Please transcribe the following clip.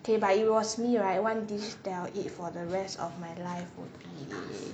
K but it was me right one dish I'll eat for the rest of my life would be